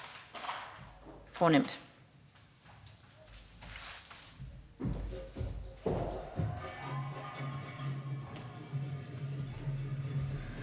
Fornemt.